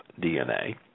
DNA